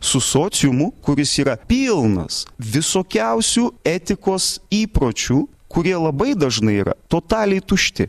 su sociumu kuris yra pilnas visokiausių etikos įpročių kurie labai dažnai yra totaliai tušti